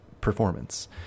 performance